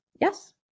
Yes